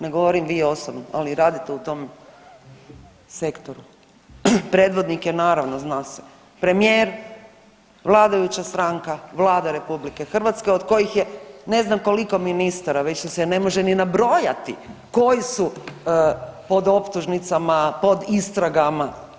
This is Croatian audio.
Ne govorim vi osobno, ali radite u tom sektoru, predvodnik je naravno zna se premijer, vladajuća stranka, Vlada RH od kojih je ne znam koliko ministara već ih se ne može ni na brojati koji su pod optužnicama, pod istragama.